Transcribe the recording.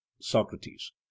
Socrates